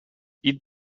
eat